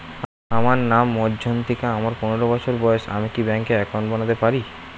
আমার নাম মজ্ঝন্তিকা, আমার পনেরো বছর বয়স, আমি কি ব্যঙ্কে একাউন্ট বানাতে পারি?